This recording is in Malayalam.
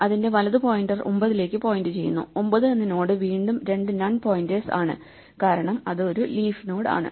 അതിന്റെ വലതു പോയിന്റർ 9 ലേക്ക് പോയിന്റ് ചെയ്യുന്നു ഒമ്പത് എന്ന നോഡ് വീണ്ടും രണ്ടു നൺ പോയിന്റേഴ്സ് ആണ് കാരണം അത് ഒരു ലീഫ് നോഡ് ആണ്